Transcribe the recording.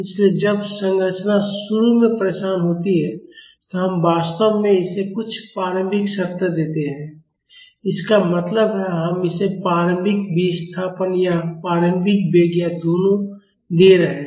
इसलिए जब संरचना शुरू में परेशान होती है तो हम वास्तव में इसे कुछ प्रारंभिक शर्तें देते हैं इसका मतलब है हम इसे प्रारंभिक विस्थापन या प्रारंभिक वेग या दोनों दे रहे हैं